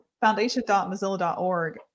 foundation.mozilla.org